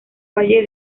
valle